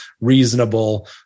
reasonable